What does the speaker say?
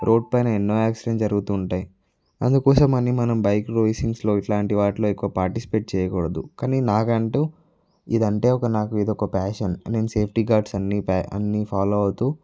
road పైన ఎన్నో accident జరుగుతుంటాయి అందుకోసం అని మనం బైక్ రేసింగ్స్లో ఇలాంటి వాటిలో ఎక్కువ పార్టిసిపేట్ చేయకూడదు కానీ నాకంటూ ఇదంటే ఒక నాకు ఇదొక ఫ్యాషన్ నేను సేఫ్టీ గార్డ్స్ అన్ని అన్ని ఫాలో అవుతూ